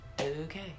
Okay